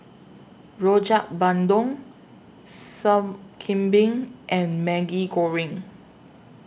Rojak Bandung Sup Kambing and Maggi Goreng